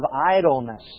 idleness